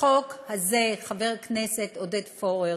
החוק הזה, חבר הכנסת עודד פורר,